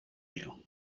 you